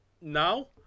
Now